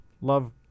love